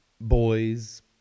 boys